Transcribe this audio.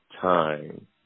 time